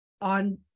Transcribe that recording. on